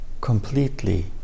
Completely